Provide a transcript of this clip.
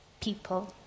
people